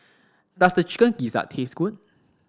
does the chicken gizzard taste good